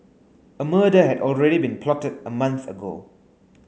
a murder had already been plotted a month ago